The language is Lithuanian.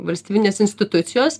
valstybinės institucijos